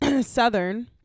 southern